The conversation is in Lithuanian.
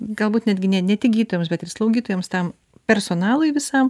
galbūt netgi ne ne tik gydytojams bet ir slaugytojoms tam personalui visam